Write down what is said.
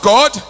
God